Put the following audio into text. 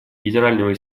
генерального